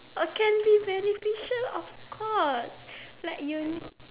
oh can be beneficial of course like you